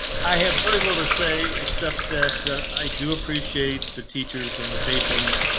i have very little say except that i do appreciate the teachers in the patrons.